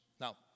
Now